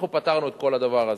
אנחנו פתרנו את כל הדבר הזה,